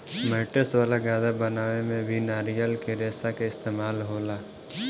mattress वाला गद्दा बनावे में भी नारियल के रेशा के इस्तेमाल होला